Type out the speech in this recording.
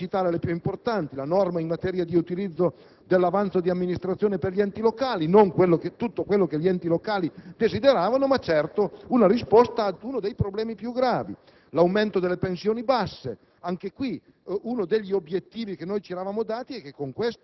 dopo l'approvazione della legge finanziaria. Cito soltanto gli aspetti più importanti: la norma in materia di utilizzo dell'avanzo di amministrazione per gli enti locali, che non è tutto quello che gli enti locali desideravano, ma certo dà una risposta ad uno dei problemi più gravi; l'aumento delle pensioni basse,